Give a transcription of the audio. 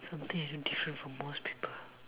something that's different from most people